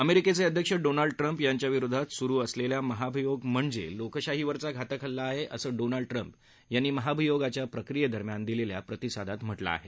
अमेरिकेचे अध्यक्ष Donald Trump यांच्याविरोधात सुरु असलेला महाभियोग म्हणजे लोकशाहीवरचा घातक हल्ला आहे असं डोनाल्ड ट्रम्प यांनी महाभियोगाच्या प्रक्रियेदरम्यान दिलेल्या प्रतिसादात म्हटलं आहे